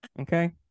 Okay